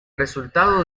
resultado